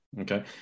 Okay